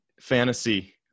fantasy